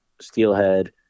steelhead